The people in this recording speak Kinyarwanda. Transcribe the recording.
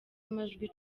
amajwi